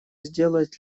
сделать